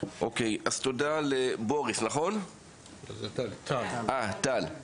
תודה רבה לטל.